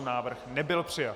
Návrh nebyl přijat.